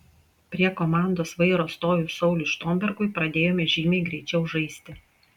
prie komandos vairo stojus sauliui štombergui pradėjome žymiai greičiau žaisti